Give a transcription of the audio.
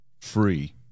free